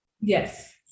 Yes